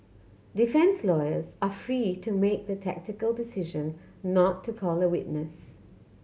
defence lawyers are free to make the tactical decision not to call a witness